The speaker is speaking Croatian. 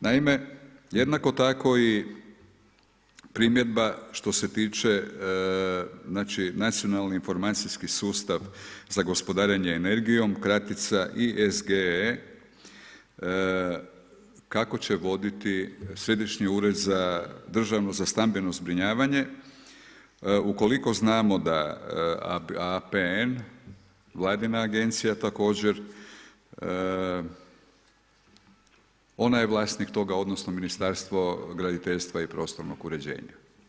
Naime, jednako tako i primjedba što se tiče znači, nacionalni informacijski sustav za gospodarenje energijom, kratica ISGE kako će voditi središnji ured za stambeno zbrinjavanje ukoliko znamo da APN, vladina agencija također, ona je vlasnik toga odnosno Ministarstvo graditeljstva i prostornog uređenja.